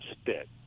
spit